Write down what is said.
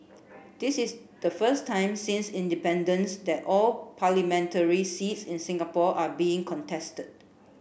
this is the first time since independence that all parliamentary seats in Singapore are being contested